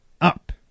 up